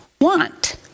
want